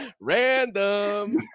Random